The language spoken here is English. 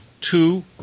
two